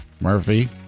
Murphy